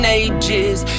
ages